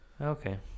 Okay